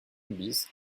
bis